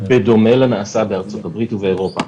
בדומה לנעשה בארצות הברית ובאירופה.